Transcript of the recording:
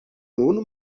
unu